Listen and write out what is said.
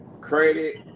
credit